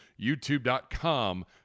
youtube.com